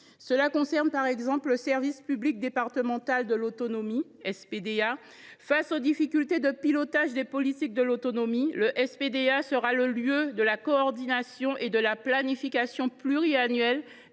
comme sur le service public départemental de l’autonomie : face aux difficultés de pilotage des politiques de l’autonomie, ce service sera le lieu de la coordination et de la planification pluriannuelle